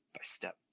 step